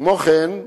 כמו כן,